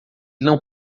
não